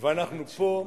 ואנחנו פה,